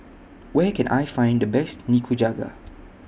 Where Can I Find The Best Nikujaga